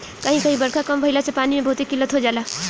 कही कही बारखा कम भईला से पानी के बहुते किल्लत हो जाला